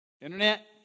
Internet